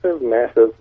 massive